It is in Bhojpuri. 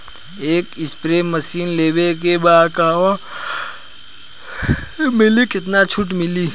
एक स्प्रे मशीन लेवे के बा कहवा मिली केतना छूट मिली?